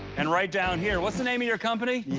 and right down here, what's the name of your company?